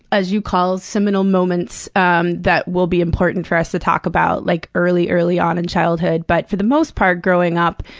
as you call, seminal moments um that will be important for us to talk about, like, early, early on in childhood, but for the most part growing up,